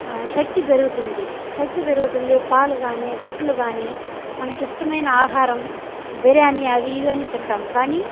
శక్తి పెరుగుతుంది శక్తి పెరుగుతుంది పాలు గానీ గుడ్లు గానీ మనకిష్టమైన ఆహారం బిర్యాని అవి ఇవి అని తింటాం కానీ